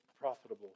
profitable